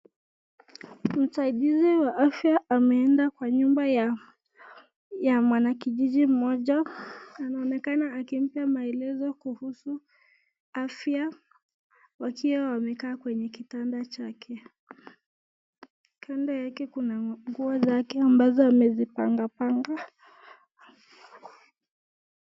Msaidizi wa afya ameenda kwa nyumba ya mwanakijiji mmoja anaonekana akimpa maelezo kuhusu afya wakiwa wamekaa kwenye kitanda chake kitanda yake kuna nguo zake ambazo amezipanga panga